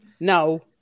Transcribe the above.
No